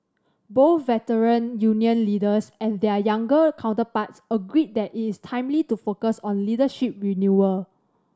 both Veteran Union leaders and their younger counterparts agreed that it is timely to focus on leadership renewal